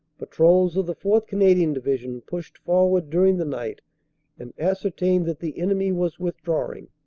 patrols of the fourth. canadian division pushed forward during the night and ascertained that the enemy was with drawing.